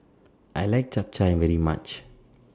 I like Chap Chai very much